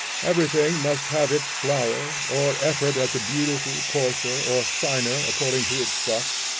everything must have its flower or effort at the beautiful, coarser or finer according to its stuff.